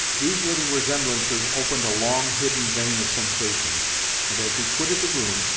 these little resemblances opened a long hidden vein of sensations and as he quitted the room,